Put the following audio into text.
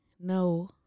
no